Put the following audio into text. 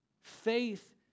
Faith